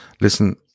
listen